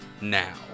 now